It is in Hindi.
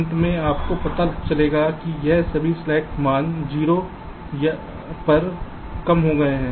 अंत में आपको पता चलेगा कि यह सभी स्लैक मान 0 पर कम हो गए हैं